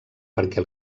perquè